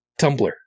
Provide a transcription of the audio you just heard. Tumblr